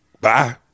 Bye